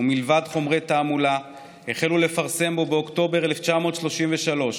ומלבד חומרי תעמולה החלו לפרסם בו באוקטובר 1933,